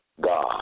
God